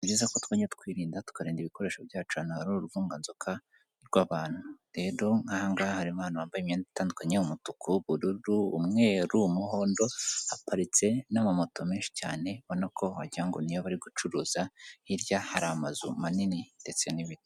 N'ibyiza ko twajya twirinda tukarinda ibikoresho byacu ahantu hari uruvunganzoka rw'abantu, rero nkaha ngaha harimo abantu bambaye imyenda itandukanye umutuku, ubururu, umweru, umuhondo, haparitse n'amamoto menshi cyane ubonako wagira ngo niyo bari gucuruza, hirya hari amazu manini ndetse n'ibiti.